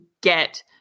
get